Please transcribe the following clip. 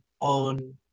on